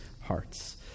hearts